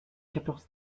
quatorze